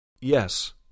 Yes